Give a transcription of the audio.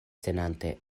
tenante